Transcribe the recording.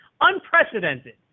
Unprecedented